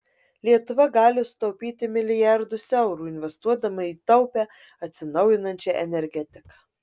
lietuva gali sutaupyti milijardus eurų investuodama į taupią atsinaujinančią energetiką